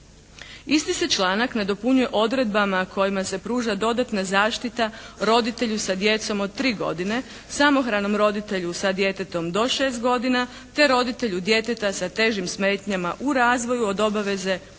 Isti se članak nadopunjuje odredbama kojima se pruža dodatna zaštita roditelju sa djecom od tri godine, samohranom roditelju sa djetetom do šest godina te roditelju djeteta sa težim smetnjama u razvoju od obaveze rada